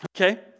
okay